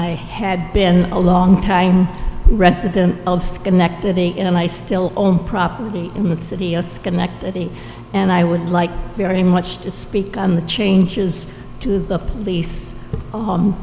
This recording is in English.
i had been a long time resident of schenectady and i still own property in the city of schenectady and i would like very much to speak on the changes to the police